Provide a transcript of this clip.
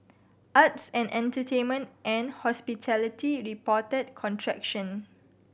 arts and entertainment and hospitality reported contraction